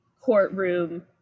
courtroom